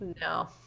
no